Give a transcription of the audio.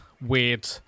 weird